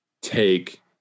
take